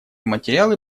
материалы